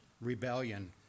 rebellion